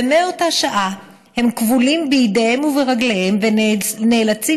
ומאותה שעה הם כבולים בידיהם וברגליהם ונאלצים